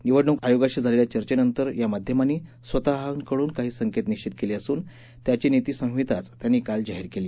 निवडणूक आयोगाशी झालेल्या चर्चेनंतर या माध्यमांनी स्वतःहून काही संकेत निश्वित केले असून त्याची नीती संहिताचं त्यांनी काल जाहीर केली